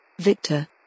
Victor